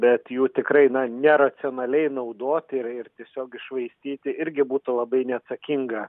bet jų tikrai na neracionaliai naudot ir ir tiesiog iššvaistyti irgi būtų labai neatsakinga